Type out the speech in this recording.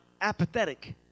apathetic